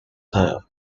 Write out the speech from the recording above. serve